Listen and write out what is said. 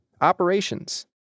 operations